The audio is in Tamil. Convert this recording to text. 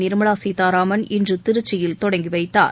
நிர்மலா சீத்தாராமன் இன்று திருச்சியில் தொடங்கி வைத்தார்